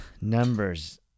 Numbers